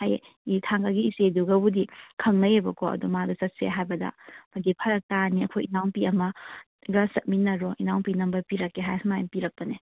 ꯑꯩ ꯊꯥꯡꯒꯒꯤ ꯏꯆꯦꯗꯨꯒꯕꯨꯗꯤ ꯈꯪꯅꯩꯌꯦꯕꯀꯣ ꯑꯗꯨ ꯃꯥꯗꯣ ꯆꯠꯁꯦ ꯍꯥꯏꯕꯗ ꯃꯥꯗꯤ ꯐꯔꯛ ꯇꯥꯔꯅꯤ ꯑꯩꯈꯣꯏ ꯏꯅꯥꯎꯄꯤ ꯑꯃ ꯒ ꯆꯠꯃꯤꯟꯅꯔꯣ ꯏꯅꯥꯎꯄꯤ ꯅꯝꯕꯔ ꯄꯤꯔꯛꯀꯦ ꯍꯥꯏꯔꯒ ꯁꯨꯃꯥꯏꯅ ꯄꯤꯔꯛꯄꯅꯦ